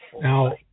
Now